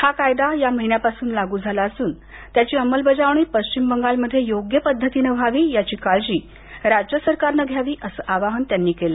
हा कायदा या महिन्यापासून लागू झाला असून त्याची अंमलबजावणी पश्चिम बंगाल मध्ये योग्य पद्धतीनं व्हावी याची काळजी राज्यं सरकारनं घ्यावी असं आवाहन त्यांनी केलं